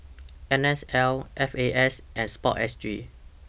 N S L F A S and Sportsg